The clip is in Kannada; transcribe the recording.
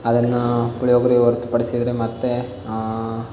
ಅದನ್ನು ಪುಳಿಯೋಗರೆ ಹೊರ್ತುಪಡಿಸಿದ್ರೆ ಮತ್ತೆ